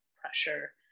pressure